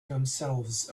themselves